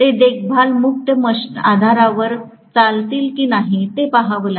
ते देखभाल मुक्त आधारावर चालवतील की नाही ते पाहावे लागेल